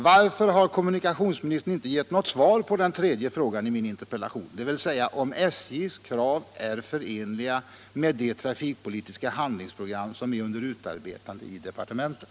Varför har kommunikationsministern inte gett något svar på den tredje frågan i min interpellation, dvs. om SJ:s krav är förenliga med det trafikpolitiska handlingsprogram som är under utarbetande i departementet?